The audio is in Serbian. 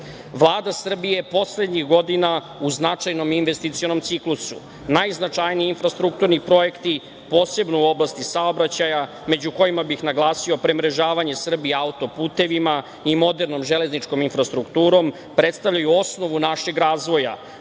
Srbije poslednji godina u značajnom investicionom ciklusu najznačajniji infrastrukturni projekti posebno u oblasti saobraćaja među kojima bi naglasio premrežavanje Srbije auto-putevima i modernom železničkom infrastrukturom, predstavljaju osnovu našeg razvoja,